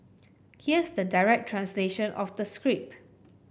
here's the direct translation of the script